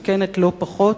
מסוכנת לא פחות.